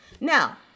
now